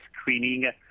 screening